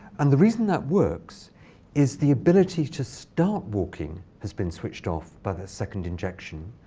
and the reason that works is the ability to start walking has been switched off by the second injection,